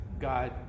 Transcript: God